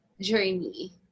journey